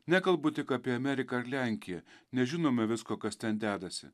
nekalbu tik apie ameriką ar lenkiją nežinome visko kas ten dedasi